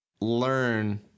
learn